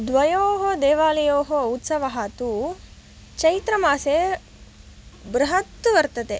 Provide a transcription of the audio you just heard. द्वयोः देवालयोः उत्सवः तु चैत्रमासे बृहत् वर्तते